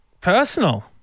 personal